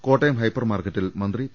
Kottayam hyper മാർക്കറ്റിൽ മന്ത്രി P